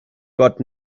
got